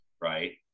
Right